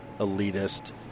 elitist